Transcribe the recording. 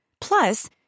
Plus